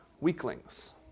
weaklings